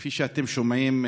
כפי שאתם שומעים,